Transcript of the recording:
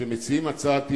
כשמציעים הצעת אי-אמון,